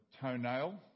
toenail